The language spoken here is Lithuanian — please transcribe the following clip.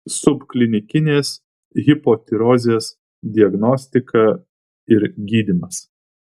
subklinikinės hipotirozės diagnostika ir gydymas